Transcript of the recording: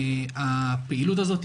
הפעילות הזאתי,